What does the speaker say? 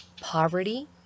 poverty